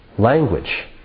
language